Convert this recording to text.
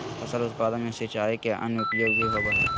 फसल उत्पादन में सिंचाई के अन्य उपयोग भी होबय हइ